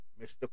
Mr